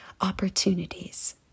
opportunities